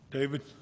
David